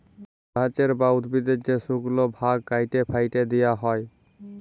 গাহাচের বা উদ্ভিদের যে শুকল ভাগ ক্যাইটে ফ্যাইটে দিঁয়া হ্যয়